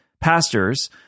Pastors